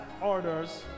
orders